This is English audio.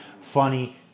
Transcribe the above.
funny